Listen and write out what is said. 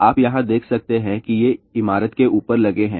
आप यहां देख सकते हैं कि ये इमारत के ऊपर लगे हैं